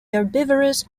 herbivorous